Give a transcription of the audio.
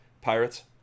pirates